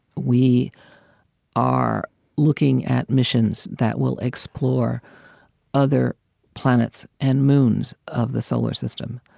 we are looking at missions that will explore other planets and moons of the solar system,